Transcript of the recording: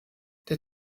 der